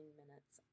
minutes